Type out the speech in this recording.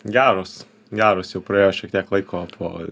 geros geros jau praėjo šiek tiek laiko po